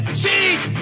cheat